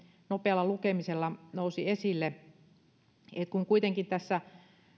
nopealla lukemisella nousi esille kuitenkaan tässä